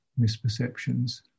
misperceptions